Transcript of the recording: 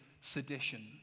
sedition